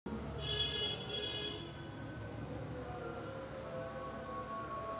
संपत्ती निर्माण करून अनेक कंपन्यांना पैशाचा पुरवठा केला जातो